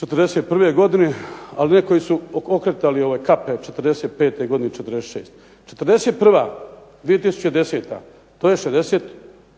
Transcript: '41. bili. Ali ne koji su okretali kape od '45. godine i '46. Četrdeset